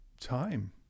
time